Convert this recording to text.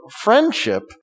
friendship